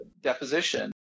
deposition